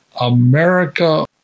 America